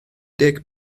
deg